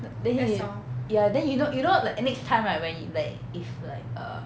then he~ ya then you know you know like next time right when like if like err